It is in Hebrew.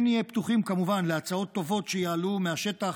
כן נהיה פתוחים כמובן להצעות טובות שיעלו מהשטח,